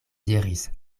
diris